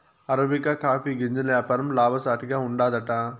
arabica coffee గింజల యాపారం లాభసాటిగా ఉండాదట